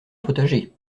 potager